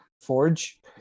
forge